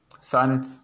son